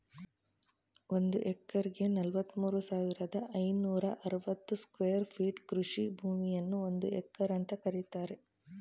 ಒಂದ್ ಎಕರೆಗೆ ನಲವತ್ಮೂರು ಸಾವಿರದ ಐನೂರ ಅರವತ್ತು ಸ್ಕ್ವೇರ್ ಫೀಟ್ ಕೃಷಿ ಭೂಮಿಯನ್ನು ಒಂದು ಎಕರೆ ಅಂತ ಕರೀತಾರೆ